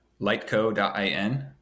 lightco.in